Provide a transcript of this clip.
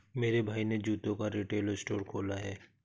मेरे भाई ने जूतों का रिटेल स्टोर खोला है